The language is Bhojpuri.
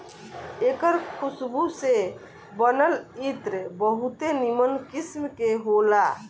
एकर खुशबू से बनल इत्र बहुते निमन किस्म के होला